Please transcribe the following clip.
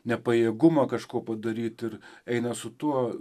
nepajėgumą kažko padaryt ir eina su tuo